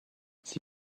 sie